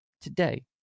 today